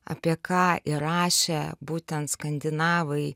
apie ką ir rašė būtent skandinavai